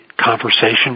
conversation